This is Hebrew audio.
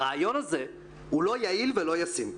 הרעיון הזה לא יעיל ולא ישים.